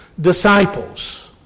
disciples